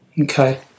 Okay